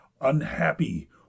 unhappy